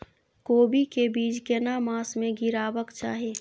कोबी के बीज केना मास में गीरावक चाही?